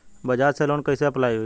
बज़ाज़ से लोन कइसे अप्लाई होई?